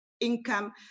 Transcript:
income